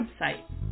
website